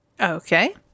Okay